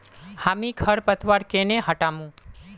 हामी खरपतवार केन न हटामु